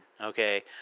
Okay